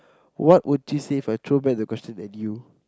what would you say If I throw back the question at you